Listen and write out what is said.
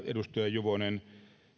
edustaja juvonen